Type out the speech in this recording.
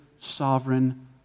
sovereign